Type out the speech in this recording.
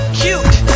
cute